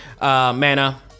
Mana